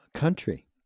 country